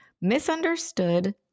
misunderstood